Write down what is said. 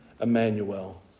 Emmanuel